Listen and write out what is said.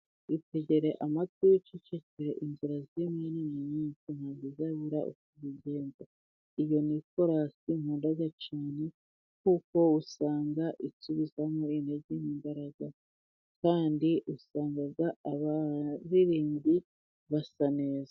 Itegere amatwi wicecekere, inzira zirimo ni nyinshi, ntabwo izabura uko ibigenza. Iyo ni ikorasi nkunda cyane, kuko usanga insubizamo intege, imbaraga. Kandi usangaga abaririmbyi basa neza.